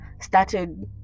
started